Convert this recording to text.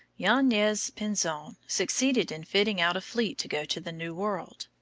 yanez pinzon succeeded in fitting out a fleet to go to the new world.